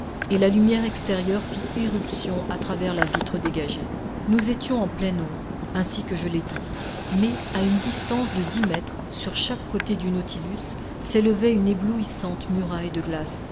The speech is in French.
et la lumière extérieure fit irruption à travers la vitre dégagée nous étions en pleine eau ainsi que je l'ai dit mais à une distance de dix mètres sur chaque côté du nautilus s'élevait une éblouissante muraille de glace